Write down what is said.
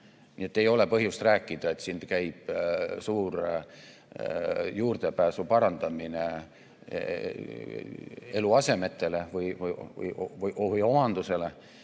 Nii et ei ole põhjust rääkida, et käib suur juurdepääsu parandamine eluasemetele või omandusele.